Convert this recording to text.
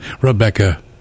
Rebecca